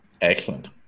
Excellent